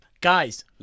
Guys